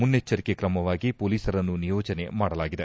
ಮುನ್ನಷ್ಟರಿಕೆ ಕ್ರಮವಾಗಿ ಮೊಲೀಸರನ್ನು ನಿಯೋಜನೆ ಮಾಡಲಾಗಿದೆ